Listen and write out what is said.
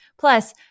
Plus